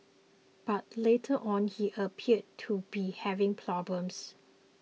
but later on he appeared to be having problems